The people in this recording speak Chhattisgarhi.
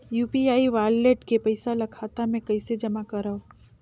यू.पी.आई वालेट के पईसा ल खाता मे कइसे जमा करव?